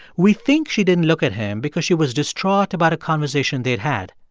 we think she didn't look at him because she was distraught about a conversation they had had.